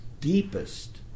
deepest